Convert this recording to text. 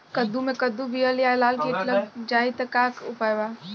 कद्दू मे कद्दू विहल या लाल कीट लग जाइ त का उपाय बा?